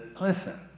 listen